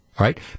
Right